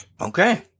Okay